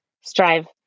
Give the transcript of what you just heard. strive